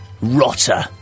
rotter